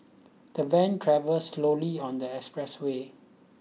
the van travelled slowly on the expressway